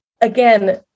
Again